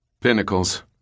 Pinnacles